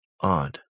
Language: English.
odd